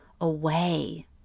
away